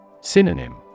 Synonym